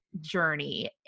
journey